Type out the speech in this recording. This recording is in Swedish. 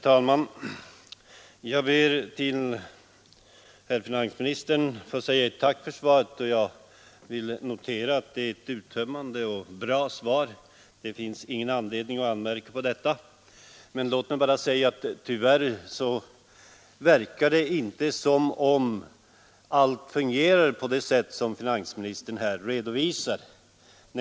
Herr talman! Jag ber att till herr finansministern få säga ett tack för svaret. Jag vill notera att det är ett uttömmande och bra svar och att det inte finns någon anledning att anmärka på det. Tyvärr tycks emellertid allt inte fungera på det sätt som finansministern här redovisar.